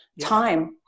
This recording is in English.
time